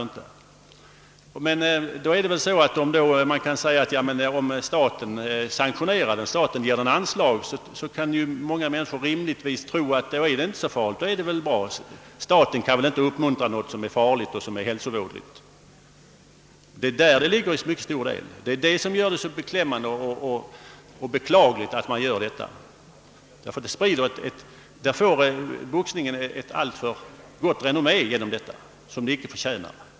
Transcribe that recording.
Ger staten anslag kan ju många människor rimligtvis tro att boxningen inte är så farlig, ty staten kan väl inte uppmuntra någonting som är hälsovådligt. Det är detta som gör stödet till boxningen så beklämmande. Härigenom får boxningen ett alltför gott renommé som den inte förtjänar.